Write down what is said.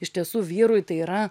iš tiesų vyrui tai yra